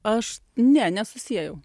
aš ne nesusiejau